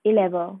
A level